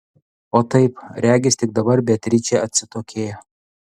o taip regis tik dabar beatričė atsitokėjo